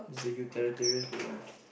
the utilitarian view eh